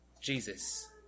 Jesus